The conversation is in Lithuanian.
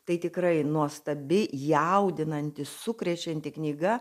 tai tikrai nuostabi jaudinanti sukrečianti knyga